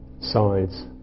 sides